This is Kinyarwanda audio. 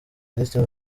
minisitiri